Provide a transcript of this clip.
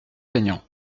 aignan